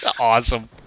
Awesome